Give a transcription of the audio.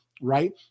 right